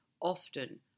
often